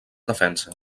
defensa